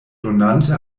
donante